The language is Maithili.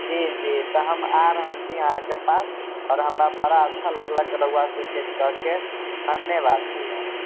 जी जी तऽ हम आ रहल छी अहाँके पास तऽ हमरा बड़ा अच्छा लागलक अहाँ रउवासँ भेँट कऽ कऽ धन्यवाद भैया